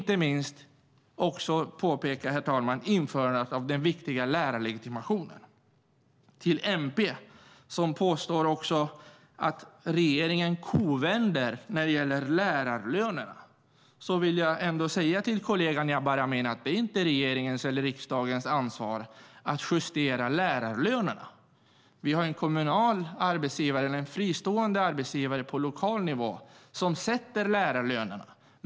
Jag vill också nämna, herr talman, införandet av den viktiga lärarlegitimationen. MP påstår att regeringen kovänder när det gäller lärarlönerna. Jag vill säga till kollegan Jabar Amin att det inte är regeringens eller riksdagens ansvar att justera lärarlönerna. Vi har en kommunal arbetsgivare eller en fristående arbetsgivare på lokal nivå som sätter lärarlönerna.